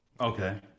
okay